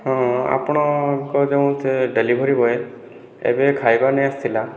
ହଁ ଆପଣଙ୍କ ଯେଉଁ ସେ ଡେଲିଭରି ବୟ ଏବେ ଖାଇବା ନେଇଆସିଥିଲା